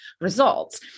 results